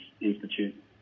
institute